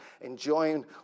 enjoying